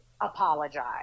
apologize